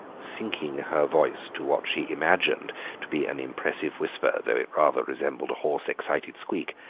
sinking her voice to what she imagined to be an impressive whisper, though it rather resembled a hoarse, excited squeak,